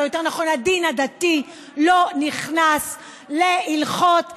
או יותר נכון הדין הדתי לא נכנס להלכות האזרחיות,